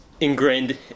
ingrained